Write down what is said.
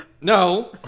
No